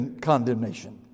condemnation